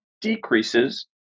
decreases